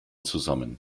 zusammen